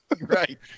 Right